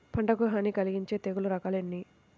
పంటకు హాని కలిగించే తెగుళ్ళ రకాలు ఎన్ని?